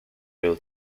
will